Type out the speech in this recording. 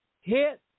Hit